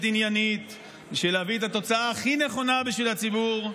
עניינית בשביל להביא את התוצאה הכי נכונה בשביל הציבור,